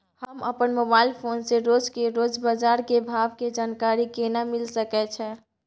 हम अपन mobile phone से रोज के रोज बाजार के भाव के जानकारी केना मिल सके छै?